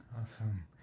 Awesome